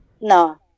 No